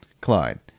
Clyde